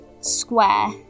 square